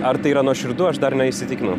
ar tai yra nuoširdu aš dar neįsitikinau